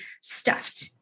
stuffed